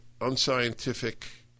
unscientific